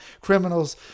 criminals